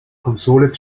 konsole